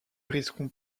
risquons